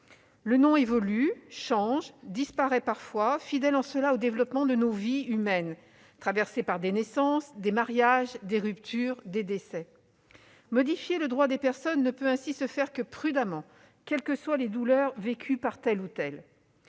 Le nom évolue, change, disparaît parfois, fidèle en cela aux développements de nos vies humaines, traversées par des naissances, des mariages, des ruptures ou des décès. Modifier le droit des personnes ne peut ainsi se faire que prudemment, quelles que soient les douleurs vécues par tel ou tel.